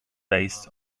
based